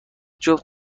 جفت